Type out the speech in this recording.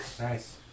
Nice